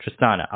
Tristana